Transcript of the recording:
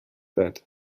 that